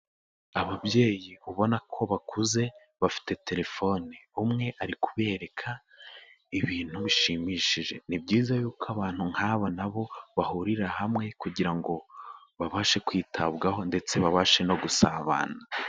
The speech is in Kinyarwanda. Ababyeyi ubona ko bakuze, bafite telefone. Umwe ari kubereka, ibintu bishimishije. Ni byiza yuko abantu nk'aba na bo bahurira hamwe, kugira ngo babashe kwitabwaho, ndetse babashe no gusabana.